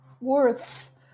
worths